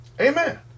Amen